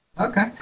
Okay